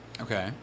okay